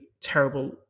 terrible